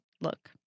look